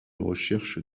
recherche